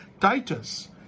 Titus